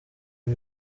ibi